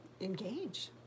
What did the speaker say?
engage